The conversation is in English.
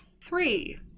Three